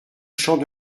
champ